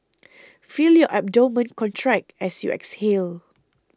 feel your abdomen contract as you exhale